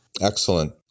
Excellent